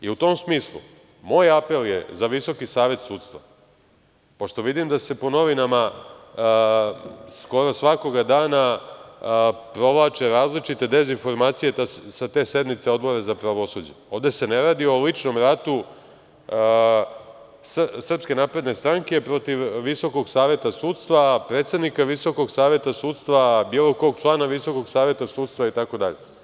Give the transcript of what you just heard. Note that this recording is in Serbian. U tom smislu, moj apel je za Visoki savet sudstva, pošto vidim da se po novinama skoro svakog dana provlače različite dezinformacije sa te sednice Odbora za pravosuđe, ovde se ne radi o ličnom ratu SNS protiv Visokog saveta sudstva, predsednika Visokog saveta sudstva, bilo kog člana Visokog saveta sudstva itd.